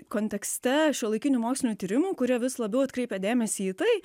kontekste šiuolaikinių mokslinių tyrimų kurie vis labiau atkreipia dėmesį į tai